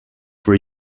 were